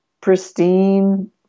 pristine